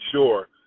sure